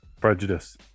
prejudice